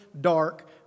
dark